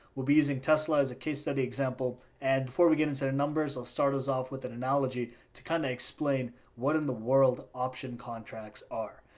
we'll be using tesla as a case study example. and before we get into the numbers, i'll start us off with an analogy to kind of explain what in the world option contracts are.